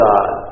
God